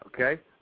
Okay